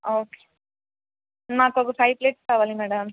okay నాకొక five plates కావాలి madam